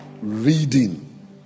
reading